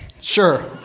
sure